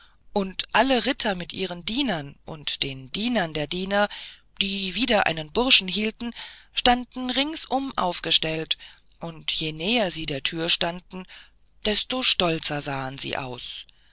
und alle ritter mit ihren dienern und den dienern der diener die wieder einen burschen hielten standen ringsherum aufgestellt und je näher sie der thür standen desto stolzer sahen sie aus